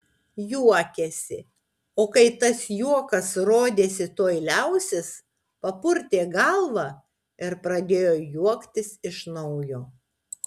juokėsi o kai tas juokas rodėsi tuoj liausis papurtė galvą ir pradėjo juoktis iš naujo